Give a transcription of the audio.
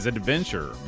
Adventure